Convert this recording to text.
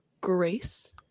Grace